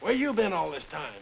where you've been all this time